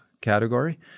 category